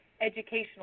educational